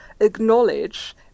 acknowledge